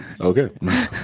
Okay